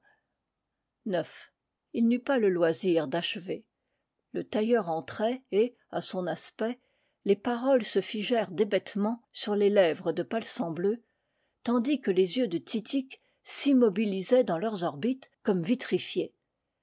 pour il n'eut pas le loisir d'achever le tailleur entrait et à son aspect les paroles se figèrent d'hébétement sur les lèvres de palsambleu tandis que les yeux de titik s'immo bilisaient dans leurs orbites comme vitrifiés